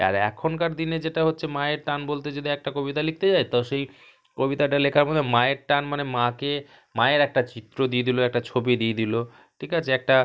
আর এখনকার দিনে যেটা হচ্ছে মায়ের টান বলতে যদি একটা কবিতা লিখতে যাই তো সেই কবিতাটা লেখার মধ্যে মায়ের টান মানে মাকে মায়ের একটা চিত্র দিয়ে দিল একটা ছবি দিয়ে দিল ঠিক আছে একটা